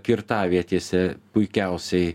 kirtavietėse puikiausiai